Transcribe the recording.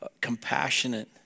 compassionate